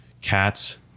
cats